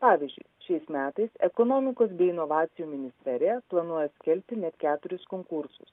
pavyzdžiui šiais metais ekonomikos bei inovacijų ministerija planuoja skelbti net keturis konkursus